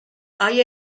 آیا